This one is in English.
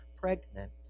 pregnant